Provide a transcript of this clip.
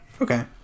Okay